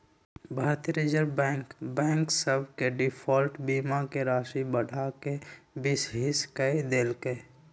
भारतीय reserve bank bank सभ के डिफॉल्ट बीमा के राशि बढ़ा कऽ बीस हिस क देल्कै